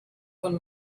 von